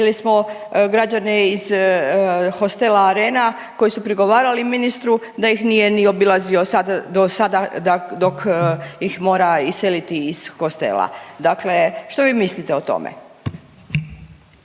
vidjeli smo građane iz hostela Arena koji su prigovarali ministru da ih nije ni obilazio do sada dok ih mora iseliti iz hostela. Dakle, što vi mislite o tome?